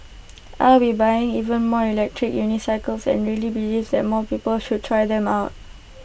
I will be buying even more electric unicycles and really believe that more people should try them out